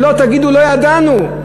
שלא תגידו: לא ידענו.